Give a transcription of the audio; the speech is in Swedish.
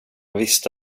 visste